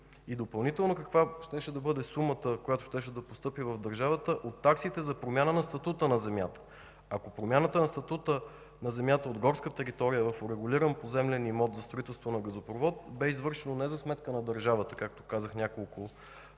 и допълнително каква щеше да бъде сумата, която щеше да постъпи в държавата от таксите за промяна на статута на земята, ако промяната на статута от горска територия в урегулиран поземлен имот за строителство на газопровод бе извършено не за сметка на държавата, както казах, няколко дни